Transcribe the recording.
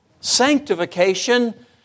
sanctification